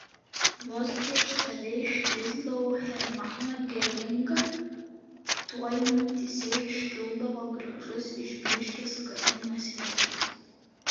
vos prieš save išvysdavau hermaną geringą tuoj mintyse iškildavo gražus išblyškęs karinos veidas